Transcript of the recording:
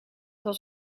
was